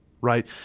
right